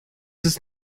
ist